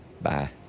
Bye